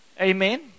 Amen